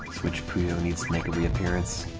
switch puyo needs to make a reappearance